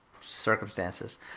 circumstances